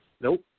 Nope